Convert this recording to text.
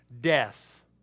death